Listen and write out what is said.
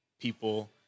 people